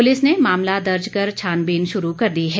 police ने मामला दर्ज कर छानबीन शुरू कर दी है